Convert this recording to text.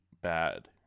bad